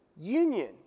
union